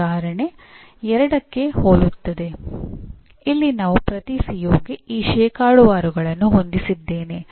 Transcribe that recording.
ಉದಾಹರಣೆ 2ಕ್ಕೆ ಹೋಲುತ್ತದೆ ಇಲ್ಲಿ ನಾನು ಪ್ರತಿ ಸಿಒಗೆ ಈ ಶೇಕಡಾವಾರುಗಳನ್ನು ಹೊಂದಿಸಿದ್ದೇನೆ